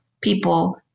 people